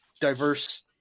diverse